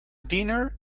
dinner